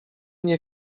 nie